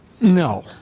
no